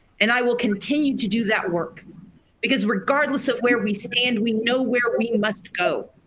and i will continue to do that work because regardless of where we stand we know where we must go,